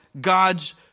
God's